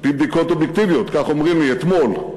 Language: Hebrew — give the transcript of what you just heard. על-פי בדיקות אובייקטיביות, כך אומרים לי אתמול,